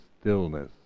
stillness